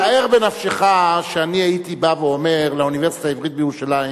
שער בנפשך שאני הייתי בא ואומר לאוניברסיטה העברית בירושלים: